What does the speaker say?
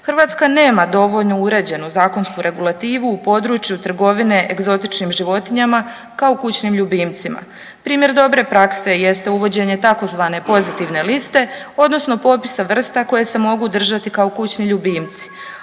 Hrvatska nema dovoljno uređenu zakonsku regulativu u području trgovine egzotičnim životinjama kao kućnim ljubimcima. Primjer dobre prakse jeste uvođenje tzv. pozitivne liste odnosno popisa vrsta koje se mogu držati kao kućni ljubimci,